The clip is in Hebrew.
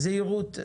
זהירות.